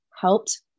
helped